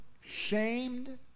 shamed